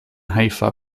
haifa